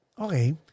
Okay